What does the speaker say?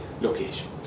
location